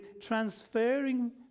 transferring